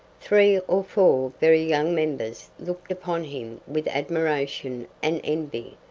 three or four very young members looked upon him with admiration and envy,